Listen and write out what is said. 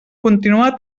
continuar